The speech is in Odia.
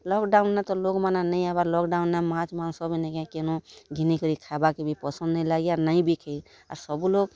ଲକ୍ଡ଼ାଉନ୍ ନେ ତ ଲୋକ୍ମାନେ ନାଇଁ ଆଏବାର୍ ଲକ୍ଡ଼ାଉନ୍ ରେ ମାଛ୍ ମାଂସ୍ ବି ନାଇ କାଏଁ କେନୁ ଘିନିକରି ଖାଏବାକେ ବି ପସନ୍ଦ୍ ନାଇଁ ଲାଗେ ଆର୍ ନାଇଁ ବି ଖାଇ ଆର୍ ସବୁ ଲୋକ୍